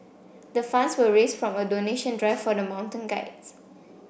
the funds were raised from a donation drive for the mountain guides